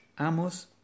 amos